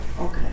okay